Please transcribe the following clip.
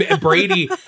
Brady